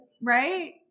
Right